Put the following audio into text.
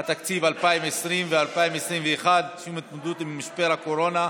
התקציב 2020 ו-2021 לשם התמודדות עם משבר הקורונה),